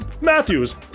Matthews